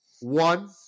one